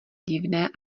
divné